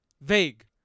vague